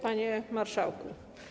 Panie Marszałku!